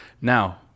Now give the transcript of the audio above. Now